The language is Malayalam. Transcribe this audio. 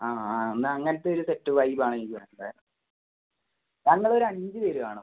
ആ ആ എന്നാൽ അങ്ങനത്തെ ഒരു സെറ്റ് വൈബ് ആണ് എനിക്ക് വേണ്ടത് ഞങ്ങൾ ഒരു അഞ്ച് പേർ കാണും